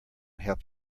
help